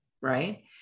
right